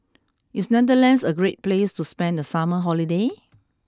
is Netherlands a great place to spend the summer holiday